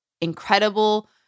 incredible